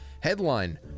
headline